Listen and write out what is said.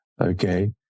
Okay